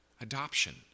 Adoption